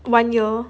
one year